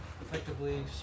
effectively